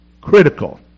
critical